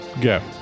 Go